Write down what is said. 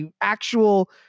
actual